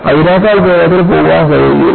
അതിനേക്കാൾ വേഗത്തിൽ പോകാൻ കഴിയില്ല